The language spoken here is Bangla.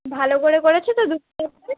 ভালো করে করেছো তো দুটো চ্যাপ্টার